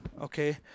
Okay